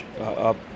up